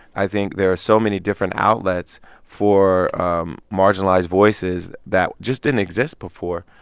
i think, there are so many different outlets for um marginalized voices that just didn't exist before.